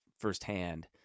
firsthand